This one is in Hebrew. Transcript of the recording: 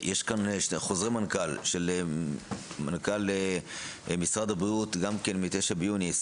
יש כאן חוזרי מנכ"ל של משרד הבריאות, מ-9.6.2.